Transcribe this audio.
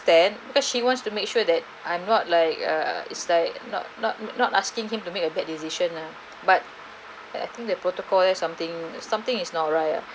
then because she wants to make sure that I'm not like err is like not not not asking him to make a bad decision lah but I think the protocol there something something is not right ah